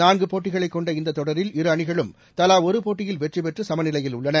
நான்குபோட்டிகளைக் கொண்ட இந்தத் தொடரில் இரு அணிகளும் தலாஒருபோட்டியில் வெற்றுபெற்றுசமநிலையில் உள்ளன